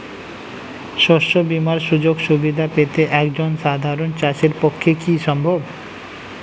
শস্য বীমার সুযোগ সুবিধা পেতে একজন সাধারন চাষির পক্ষে কি সম্ভব?